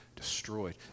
destroyed